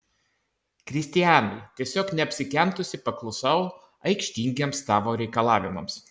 kristianai tiesiog neapsikentusi paklusau aikštingiems tavo reikalavimams